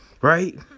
Right